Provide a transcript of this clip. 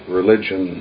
religion